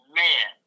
man